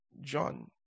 John